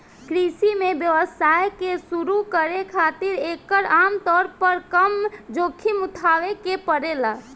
कृषि में व्यवसाय के शुरू करे खातिर एकर आमतौर पर कम जोखिम उठावे के पड़ेला